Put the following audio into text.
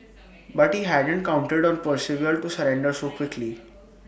but he hadn't counted on Percival to surrender so quickly